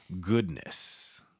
goodness